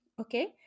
okay